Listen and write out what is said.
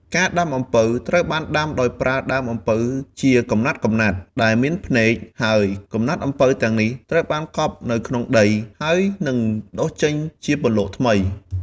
ការដាំ អំពៅត្រូវបានដាំដោយប្រើដើមអំពៅកាត់ជាកំណាត់ៗ ដែលមានភ្នែក ហើយកំណាត់អំពៅទាំងនេះត្រូវបានកប់នៅក្នុងដី ហើយនឹងដុះចេញជាពន្លកថ្មី។